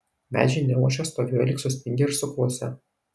medžiai neošė stovėjo lyg sustingę ir suklusę